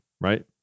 right